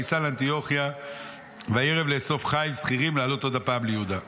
"וייסע לאנטיוכיה וירב לאסוף חיל שכירים לעלות עוד הפעם ליהודה.